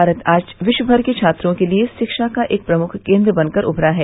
भारत आज विश्व भर के छात्रों के लिए शिक्षा का एक प्रमुख केन्द्र बनकर उमरा है